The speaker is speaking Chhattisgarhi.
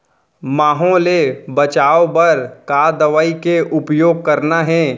माहो ले बचाओ बर का दवई के उपयोग करना हे?